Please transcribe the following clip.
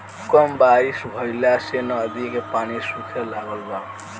कम बारिश भईला से नदी के पानी सूखे लागल बा